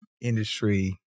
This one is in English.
industry